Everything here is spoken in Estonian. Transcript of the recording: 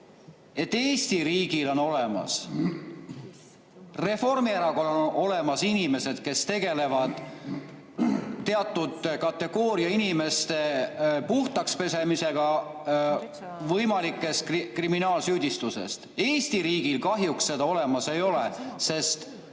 et Eesti riigil on olemas. Reformierakonnal on olemas inimesed, kes tegelevad teatud kategooria inimeste puhtaks pesemisega võimalikest kriminaalsüüdistustest. Eesti riigil kahjuks seda olemas ei ole, sest